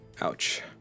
Ouch